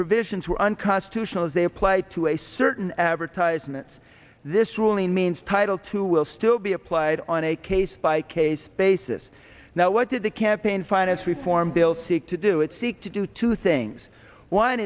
provisions were unconstitutional as they apply to a certain advertisements this ruling means title two will still be applied on a case by case basis now what did the campaign finance reform bill seek to do it seek to do two things one